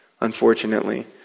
unfortunately